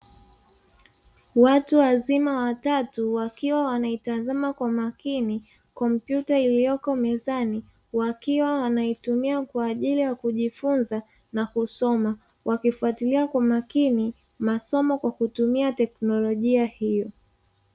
Watu wazima watatu wakiwa wanaitazama kwa makini kompyuta iliyoko mezani wakiwa wanaitumia kwa ajili ya kujifunza na kusoma, wakufuatilia kwa makini masomo kwa kutumia teknolojia hiyo.